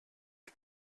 ich